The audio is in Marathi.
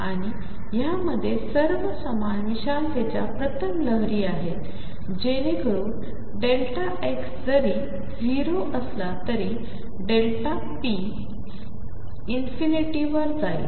आणिह्यामध्येसर्वसमानविशालतेच्याप्रतललहरीआहेतजेणेकरूनx जरी 0 असलातरीpवरजाईल